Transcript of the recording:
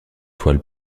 toile